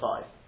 five